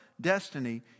destiny